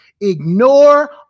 Ignore